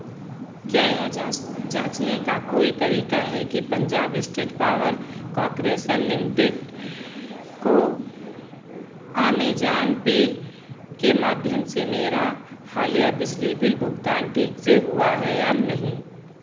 क्या यह जाँच जाँचने का कोई तरीका है कि Punjab state power corporation limited को अमेजॉन पे के माध्यम से मेरा हालिया बिजली बिल भुगतान ठीक से हुआ है या नहीं